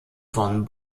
von